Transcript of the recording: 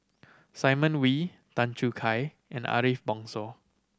Simon Wee Tan Choo Kai and Ariff Bongso